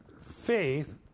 faith